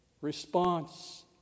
response